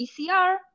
ECR